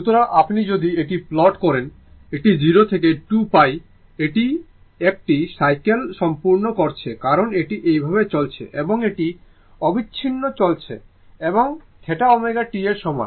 সুতরাং আপনি যদি এটি প্লট করেন এটি 0 থেকে 2 π এটি 1 টি সাইকেল সম্পূর্ণ করছে কারণ এটি এইভাবে চলছে এবং এটি অবিচ্ছিন্ন চলছে এবং θ ω t এর সমান